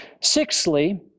Sixthly